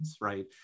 right